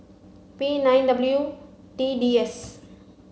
P nine W T D S